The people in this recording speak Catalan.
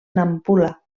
nampula